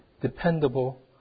dependable